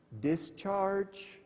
discharge